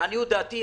לעניות דעתי,